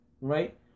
right